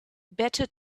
better